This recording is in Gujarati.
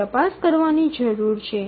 આપણે તપાસ કરવાની જરૂર છે